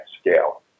scale